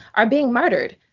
are being murdered.